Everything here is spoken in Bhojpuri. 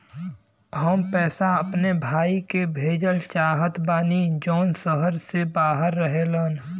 हम पैसा अपने भाई के भेजल चाहत बानी जौन शहर से बाहर रहेलन